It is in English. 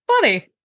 Funny